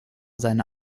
seine